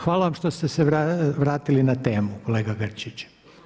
Hvala vam što ste se vratili na temu, kolega Grčić.